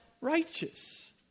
righteous